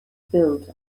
built